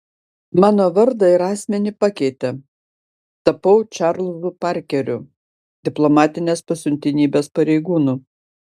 mano vardą ir asmenį pakeitė tapau čarlzu parkeriu diplomatinės pasiuntinybės pareigūnu